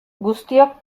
guztiok